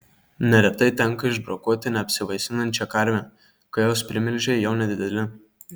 neretai tenka išbrokuoti neapsivaisinančią karvę kai jos primilžiai jau nedideli